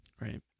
right